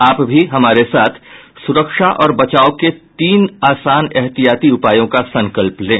आप भी हमारे साथ सुरक्षा और बचाव के तीन आसान एहतियाती उपायों का संकल्प लें